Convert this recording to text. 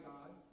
God